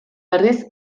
berriz